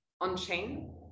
on-chain